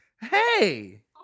Hey